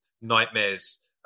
nightmares